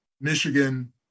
Michigan